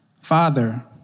father